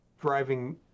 driving